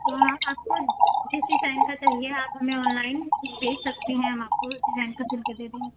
तो आप आपको जिस डिजाइन का चाहिए आप हमें ऑनलाइन भेज सकती हैं हम आपको उस डिजाइन का सिल के दे देंगे